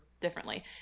differently